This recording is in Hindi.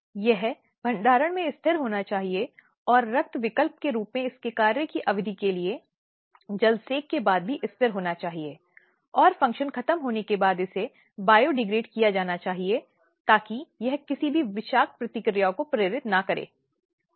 तो यह लिंग हो सकता है यह घरेलू हिंसा हो सकती है जो घरेलू हिंसा के साथ साथ परिवार के भीतर होती है